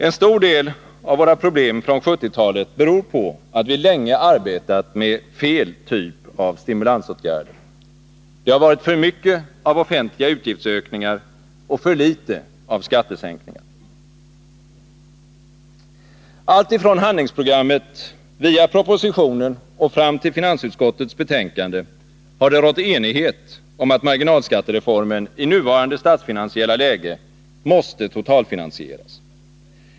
En stor del av våra problem från 1970-talet beror på att vi länge arbetat med fel typ av stimulansåtgärder. Det har varit för mycket av offentliga utgiftsökningar och för litet av skattesänkningar. Alltifrån handlingsprogrammet via propositionen och fram till finansutskottets betänkande har det rått enighet om att marginalskattereformen i nuvarande statsfinansiella läge måste totalfinansieras.